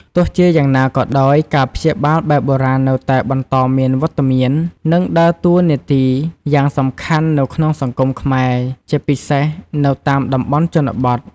ទោះជាយ៉ាងណាក៏ដោយ ការព្យាបាលបែបបុរាណនៅតែបន្តមានវត្តមាន និងដើរតួនាទីយ៉ាងសំខាន់នៅក្នុងសង្គមខ្មែរ ជាពិសេសនៅតាមតំបន់ជនបទ។